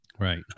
Right